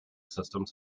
systems